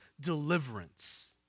deliverance